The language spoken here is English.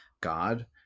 God